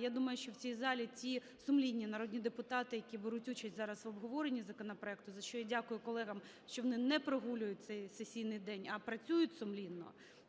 я думаю, що в цій залі ті сумлінні народні депутати, які беруть участь зараз в обговоренні законопроекту, за що я дякую колегам, що вони не прогулюють цей сесійний день, а працюють сумлінно,